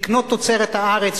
לקנות תוצרת הארץ,